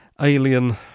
alien